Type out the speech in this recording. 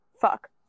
fuck